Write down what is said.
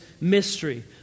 mystery